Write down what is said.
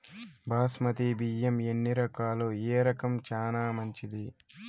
బాస్మతి బియ్యం ఎన్ని రకాలు, ఏ రకం చానా మంచిది?